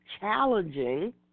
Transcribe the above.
challenging